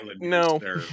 no